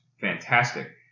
fantastic